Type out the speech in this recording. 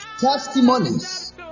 testimonies